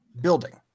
building